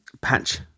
patch